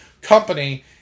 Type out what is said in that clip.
company